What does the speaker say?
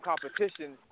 competition